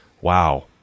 wow